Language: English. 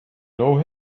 know